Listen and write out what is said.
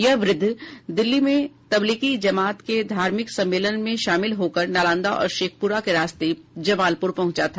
यह वृद्ध दिल्ली में तबलीगी जमात के धार्मिक सम्मेलन में शामिल होकर नालंदा और शेखपुरा के रास्ते जमालपुर पहुंचा था